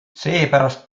seepärast